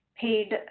paid